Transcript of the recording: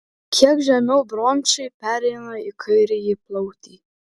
kiek žemiau bronchai pereina į kairįjį plautį